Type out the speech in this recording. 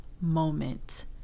moment